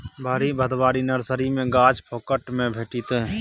भरि भदवारी नर्सरी मे गाछ फोकट मे भेटितै